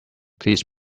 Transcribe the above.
please